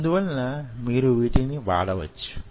అందువలన మీరు వీటిని వాడవచ్చు